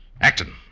Acton